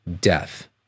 death